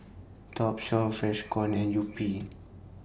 Topshop Freshkon and Yupi